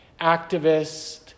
activist